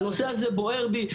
הנושא הזה בוער בי,